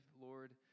lord